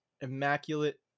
immaculate